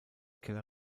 keller